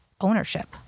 ownership